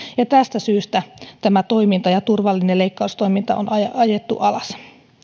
ja tästä syystä tämä toiminta turvallinen leikkaustoiminta on ajettu alas